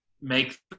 make